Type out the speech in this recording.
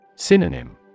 Synonym